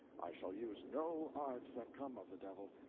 i shall use no arts that come of the devil,